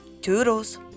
Toodles